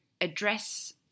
address